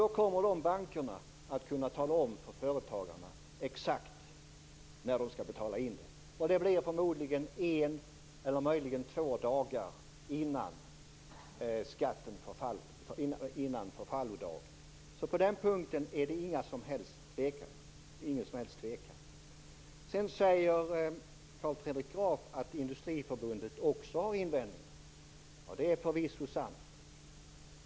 Då kommer bankerna att kunna tala om för företagarna exakt när de skall betala in skatten. Det blir förmodligen en eller två dagar före förfallodagen. På den punkten är det ingen som helst tvekan. Sedan säger Carl Fredrik Graf att Industriförbundet också har invändningar. Ja, det är förvisso sant.